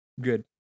Good